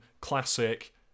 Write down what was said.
classic